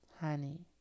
Honey